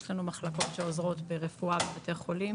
יש לנו מחלקות שעוזרות ברפואה בבתי החולים,